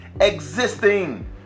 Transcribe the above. existing